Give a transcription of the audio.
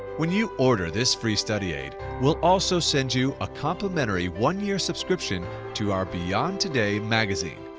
when you order this free study aid, we'll also send you a complimentary one-year subscription to our beyond today magazine.